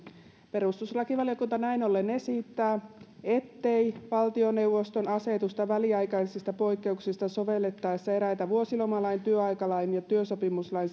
perustuslakivaliokunta näin ollen esittää ettei valtioneuvoston asetusta väliaikaisista poikkeuksista sovellettaessa eräitä vuosilomalain työaikalain ja työsopimuslain